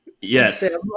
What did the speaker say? Yes